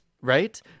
right